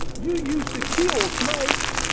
you used to kill snakes.